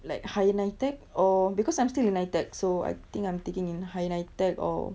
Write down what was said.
like higher NITEC or because I'm still NITEC so I think I'm taking in higher NITEC or